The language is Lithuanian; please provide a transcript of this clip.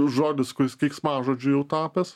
žodis kuris keiksmažodžiu jau tapęs